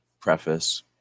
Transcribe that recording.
Preface